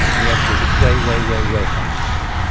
and the answer is it's way, way, way, way high yeah